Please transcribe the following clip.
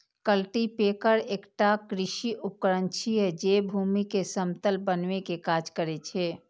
cultipacker एकटा कृषि उपकरण छियै, जे भूमि कें समतल बनबै के काज करै छै